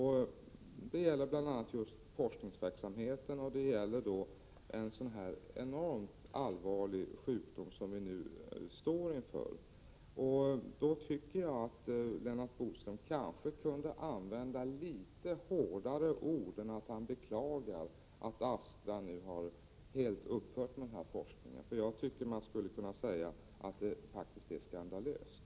Det gäller bl.a. forskningsverksamheten och, i detta fall, forskning om en enormt allvarlig sjukdom som vi står inför. Jag tycker att Lennart Bodström kanske kunde använda något hårdare ord i detta sammanhang. Han beklagar att Astra nu helt har upphört med denna forskning. Jag tycker att man skulle kunna säga att det är skandalöst.